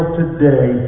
today